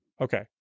Okay